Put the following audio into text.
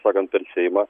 sakant per seimą